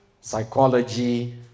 psychology